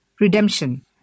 Redemption